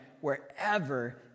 wherever